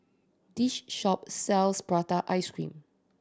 this shop sells prata ice cream